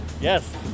Yes